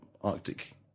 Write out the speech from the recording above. Arctic